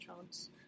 chance